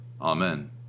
amen